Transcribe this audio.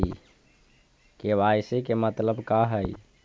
KYC के मतलब का हई?